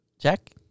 Jack